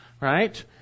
right